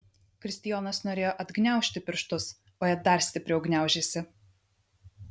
kristijonas norėjo atgniaužti pirštus o jie dar stipriau gniaužėsi